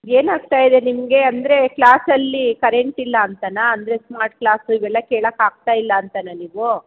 ಏನಾಗ್ತಾ ಇದೆ ನಿಮಗೆ ಅಂದರೆ ಕ್ಲಾಸಲ್ಲಿ ಕರೆಂಟಿಲ್ಲ ಅಂತನಾ ಅಂದರೆ ಸ್ಮಾರ್ಟ್ ಕ್ಲಾಸ್ಗೆಲ್ಲ ಕೇಳಕ್ಕೆ ಆಗ್ತಾ ಇಲ್ಲ ಅಂತನಾ ನೀವು